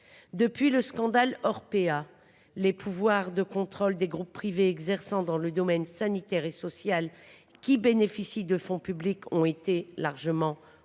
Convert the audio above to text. Depuis le scandale Orpea, les contrôles des groupes privés exerçant dans le domaine sanitaire et social et bénéficiant de fonds publics ont été largement renforcés.